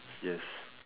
yes